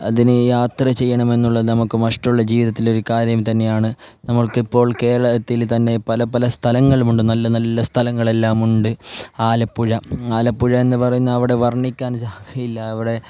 അതിന് യാത്ര ചെയ്യണമെന്നുള്ളത് നമുക്ക് മഷ്ടുള്ള ജീവിതത്തിൽ ഒരു കാര്യം തന്നെയാണ് നമുക്കിപ്പോൾ കേരളത്തിൽ തന്നെ പലപല സ്ഥലങ്ങളും ഉണ്ട് നല്ല നല്ല സ്ഥലങ്ങളെല്ലാം ഉണ്ട് ആലപ്പുഴ ആലപ്പുഴ എന്നു പറയുന്ന അവിടെ വർണ്ണിക്കാൻ അവിടെ